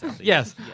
Yes